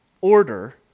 order